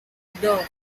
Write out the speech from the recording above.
dos